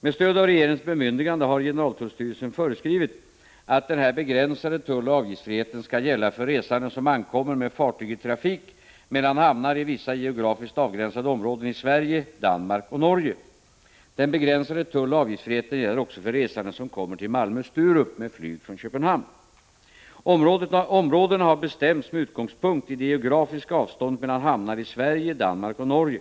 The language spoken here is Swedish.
Med stöd av regeringens bemyndigande har generaltullstyrelsen föreskrivit att denna begränsade tulloch avgiftsfrihet skall gälla för resande som ankommer med fartyg i trafik mellan hamnar i vissa geografiskt avgränsade områden i Sverige, Danmark och Norge. Den begränsade tulloch avgiftsfriheten gäller också för resande som kommer till Malmös flygplats Sturup med flyg från Köpenhamn. Områdena har bestämts med utgångspunkt i det geografiska avståndet mellan hamnar i Sverige, Danmark och Norge.